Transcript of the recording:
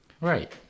Right